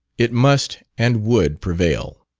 it must and would prevail.